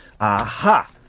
aha